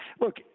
look